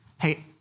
hey